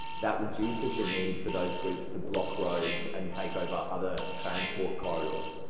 that reduces the need for those groups to block roads and take over other transport corridors.